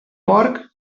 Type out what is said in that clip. porc